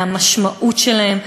מהמשמעות שלהם.